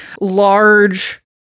Large